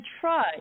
try